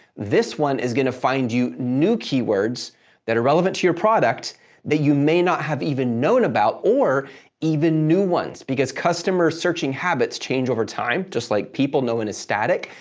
this one is going to find you new keywords that are relevant to your product that you may not have even known about or even new ones, because customer searching habits change over time. just like people, no one is static,